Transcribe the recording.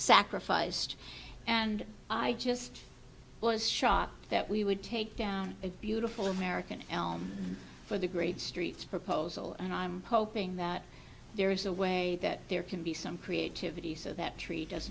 sacrificed and i just was shocked that we would take down a beautiful american elm for the great streets proposal and i'm hoping that there is a way that there can be some creativity so that tre